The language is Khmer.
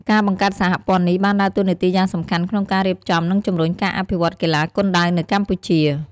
ការបង្កើតសហព័ន្ធនេះបានដើរតួនាទីយ៉ាងសំខាន់ក្នុងការរៀបចំ និងជំរុញការអភិវឌ្ឍកីឡាគុនដាវនៅកម្ពុជា។